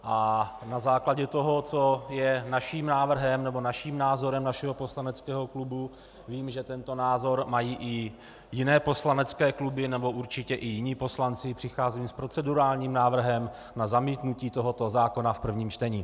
A na základě toho, co je naším návrhem nebo naším názorem našeho poslaneckého klubu, vím, že tento názor mají i jiné poslanecké kluby nebo určitě i jiní poslanci přicházejí s procedurálním návrhem na zamítnutí tohoto zákona v prvním čtení.